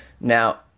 Now